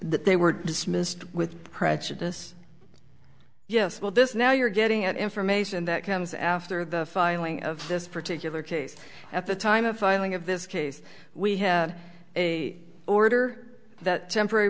that they were dismissed with prejudice yes well this now you're getting at information that comes after the filing of this particular case at the time of filing of this case we had a order that temporary